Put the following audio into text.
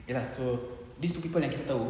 ya lah so these two people